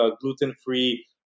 gluten-free